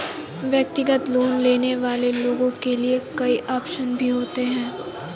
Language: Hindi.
व्यक्तिगत लोन लेने वाले लोगों के लिये कई आप्शन भी होते हैं